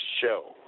show